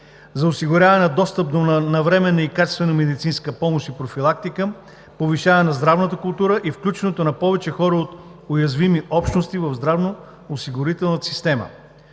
за осигуряване на достъп до навременна и качествена медицинска помощ и профилактика, повишаване на здравната култура и включването на повече хора от уязвими общности в здравноосигурителната система.